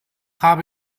habe